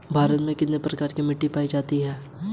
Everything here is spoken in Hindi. भारत में कितने प्रकार की मिट्टी पाई जाती हैं?